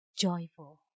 joyful